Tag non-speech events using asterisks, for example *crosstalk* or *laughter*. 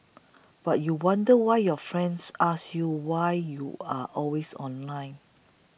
*noise* but you wonder why your friends ask you why you are always online